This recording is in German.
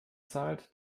zahlt